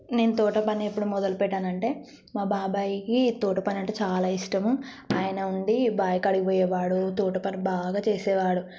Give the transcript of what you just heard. నేను తోట పని ఎప్పుడు మొదలు పెట్టాను అంటే మా బాబాయికి తోట పని అంటే చాలా ఇష్టము ఆయన ఉండి బావి కాడికి పోయేవాడు తోట పని బాగా చేసేవాడు